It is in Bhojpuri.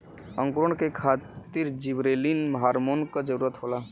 अंकुरण के खातिर जिबरेलिन हार्मोन क जरूरत होला